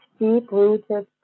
deep-rooted